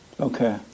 Okay